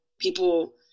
People